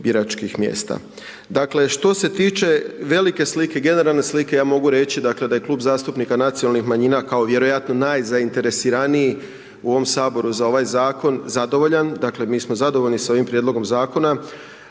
biračkih mjesta. Dakle, što se tiče velike slike, generalne slike, ja mogu reći da je Klub zastupnika Nacionalnih manjina, kao vjerojatno najzainteresiraniji u ovom Saboru za ovaj Zakon zadovoljan, dakle mi smo zadovoljni s ovim Prijedlogom Zakona,